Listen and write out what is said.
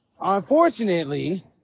unfortunately